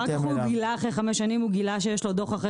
אחרי 5 שנים הוא גילה שיש לו דוח?